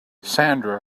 sandra